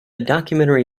documentary